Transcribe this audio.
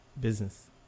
business